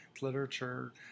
literature